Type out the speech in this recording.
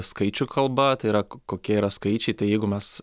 skaičių kalba tai yra ko kokie yra skaičiai tai jeigu mes